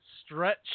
stretch